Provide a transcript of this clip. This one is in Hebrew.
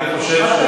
אני חושב,